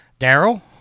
Daryl